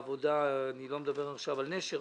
אני לא מדבר עכשיו על "נשר",